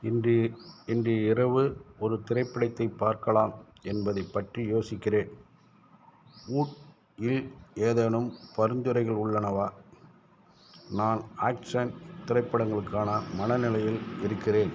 இன்று இன்று இரவு ஒரு திரைப்படத்தை பார்க்கலாம் என்பதை பற்றி யோசிக்கிறேன் வூட் இல் ஏதேனும் பரிந்துரைகள் உள்ளனவா நான் ஆக்ஷன் திரைப்படங்களுக்கான மனநிலையில் இருக்கிறேன்